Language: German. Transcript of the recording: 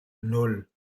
nan